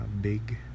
big